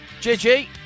JG